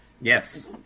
Yes